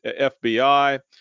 FBI